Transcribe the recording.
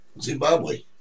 Zimbabwe